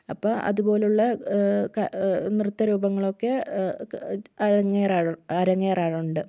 അപ്പോൾ അതുപോലെയുള്ള ക നൃത്ത രൂപങ്ങളൊക്കെ അരങ്ങേഴ അരങ്ങേറാറുണ്ട്